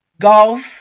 Golf